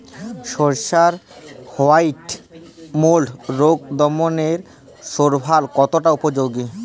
সরিষার white mould রোগ দমনে রোভরাল কতটা উপযোগী?